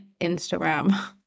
Instagram